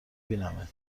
بینمت